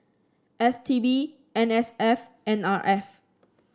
S T B N S F N R F